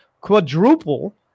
quadruple